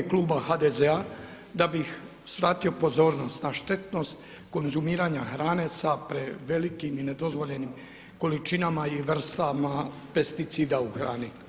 U ime kluba HDZ-a da bih svratio pozornost na štetnost konzumiranja hrane sa prevelikim i nedozvoljenim količinama i vrstama pesticida u hrani.